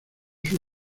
sus